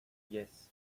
yes